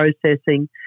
processing